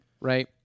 Right